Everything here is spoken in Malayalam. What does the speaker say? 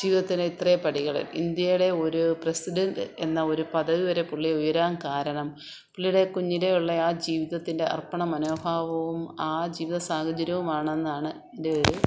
ജീവിതത്തി ലെ ഇത്രയും പടികൾ ഇന്ത്യയിലെ ഒരു പ്രസിഡൻ്റ് എന്ന ഒരു പദവി വരെ പുള്ളി ഉയരാൻ കാരണം പുള്ളിയുടെ കുഞ്ഞിലേയുള്ള ആ ജീവിതത്തിന്റെ അർപ്പണ മനോഭാവവും ആ ജീവിത സാഹചര്യവുമാണെന്നാണ് എന്റെ ഒരു